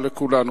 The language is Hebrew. לכולנו.